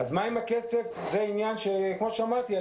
מה עם הכסף כפי שאמרתי,